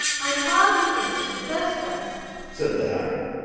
i'd hardly finished the first verse said the hatter,